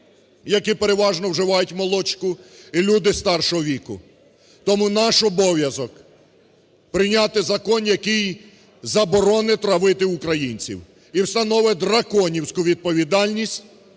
які переважно вживають молочку і люди старшого віку. Тому наш обов'язок прийняти закон, який заборонить травити українців і встановить драконівську відповідальність